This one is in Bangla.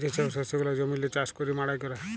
যে ছব শস্য গুলা জমিল্লে চাষ ক্যইরে মাড়াই ক্যরে